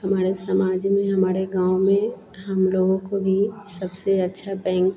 हमारे समाज में हमारे गाँव में हम लोगों को भी सबसे अच्छा बैंक